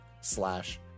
slash